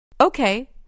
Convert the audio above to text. Okay